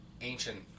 ancient